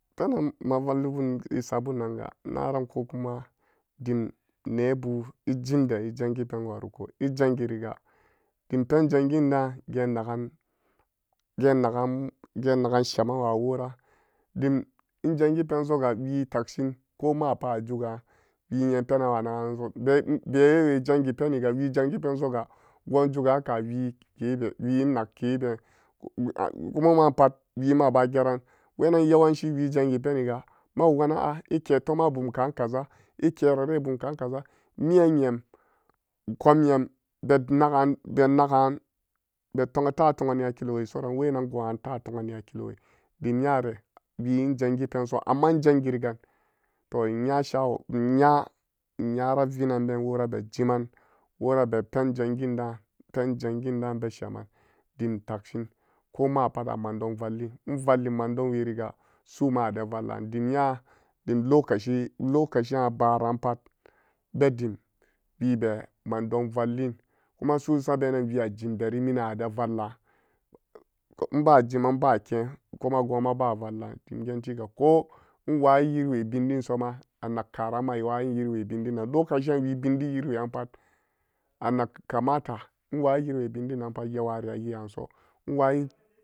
Penan ma valli bun esabun nomga naran ko kuma dim nebu ejimde ejangi pen wariko ejangiriga dim penjangin daan geen nagan, geen nagan, geen nagan, sheman wa wora dim enjangi pensoga wii takshin komapa azugaan we nyen penanwa naga nanso bewewe jangi peniga we jangi pensoga goon jugakawi kebe wi enak kebe momanpat wemaba geron wenan yewanci wii zangi peniga ma wuga nana a'eke toma bumkaan kaza ekerare bum ka'an kaza nyen nyam kom nyam be magaan beto'angya to'angani hakkilowe soran wenan goonan ta tongani hakkilewe dim nyare wii enjangipenso amma enjangiri gan to nya shawa nyara uinan been worabe jiman worabe penjangin da'an penjangin daan esheman dim takshin komapat amondon valling envalli, mandonwe riga su'uma ade valla'an dim nya dim lokaci an abaranpat bedim webe mandon vallin kuma su'u sabenan wii ajimderi mionade vallan mba jiman enba keen kuma goon ma ba vallan dimgeentiga ko nwayi yiriwe vindin nan lokaci an vidin yiriwe'an pat anag kamata inwayi yiriwe vindinan pat yeware aye'anso enwayi.